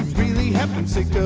really have been sick